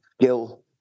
skill